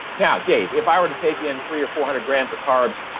now dave, if i were to take in three or four hundred grams of carbs,